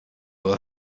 will